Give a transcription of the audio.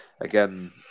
again